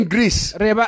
Greece